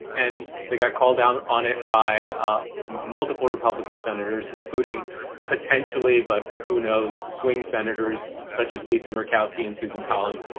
and they got called out on it by ah multiple republican senators, including potentially, but who knows, swing senators such as lisa murkowski and susan collins.